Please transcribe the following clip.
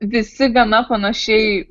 visi gana panašiai